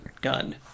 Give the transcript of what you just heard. gun